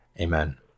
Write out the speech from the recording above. Amen